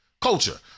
culture